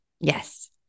Yes